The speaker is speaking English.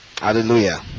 Hallelujah